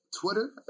Twitter